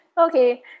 Okay